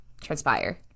transpire